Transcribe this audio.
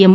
M